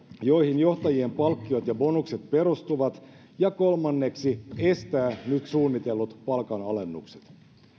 joihin johtajien palkkiot ja bonukset perustuvat ja kolmanneksi estää nyt suunnitellut palkanalennukset